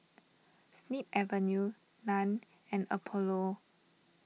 Snip Avenue Nan and Apollo